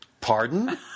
pardon